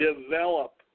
develop